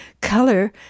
color